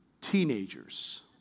teenagers